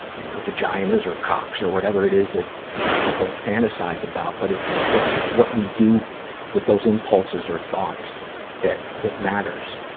you know, vaginas or cocks or whatever it is that you know people fantasize about. but it's, it's what we do with those impulses of thoughts that, that matters.